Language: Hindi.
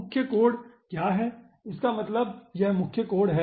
मुख्य कोड intmain क्या है इसका मतलब है कि यह मुख्य कोड है